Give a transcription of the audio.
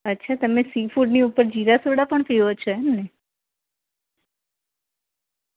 અચ્છા તમે સી ફૂડની ઉપર જીરા સોડા પણ પીવો છો એમ ને